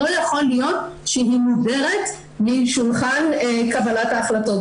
לא יכול להיות שהיא מודרת משולחן קבלת ההחלטות,